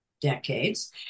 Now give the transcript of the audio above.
decades